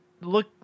look